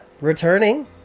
Returning